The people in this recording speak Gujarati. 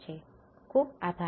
તમારો ખુબ ખુબ આભાર